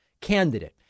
candidate